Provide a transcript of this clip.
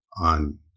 on